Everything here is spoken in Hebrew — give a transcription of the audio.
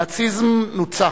הנאציזם נוצח,